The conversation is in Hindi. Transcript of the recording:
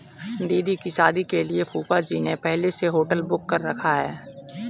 दीदी की शादी के लिए फूफाजी ने पहले से होटल बुक कर रखा है